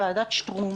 ועדת שטרום,